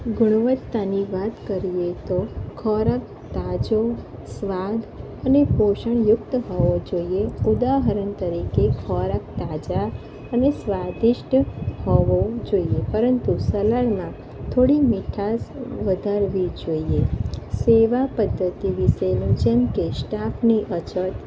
ગુણવત્તાની વાત કરીએ તો ખોરાક તાજો સ્વાદ અને પોષણયુક્ત હોવો જોઈએ ઉદાહરણ તરીકે ખોરાક તાજા અને સ્વાદિષ્ટ હોવો જોઈએ પરંતુ સલાડમાં થોડી મીઠાશ વધારવી જોઈએ સેવા પધ્ધતિ વિશેનું જેમ કે સ્ટાફની અછત